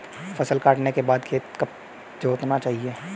फसल काटने के बाद खेत कब जोतना चाहिये?